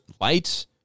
lights